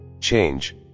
Change